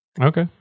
Okay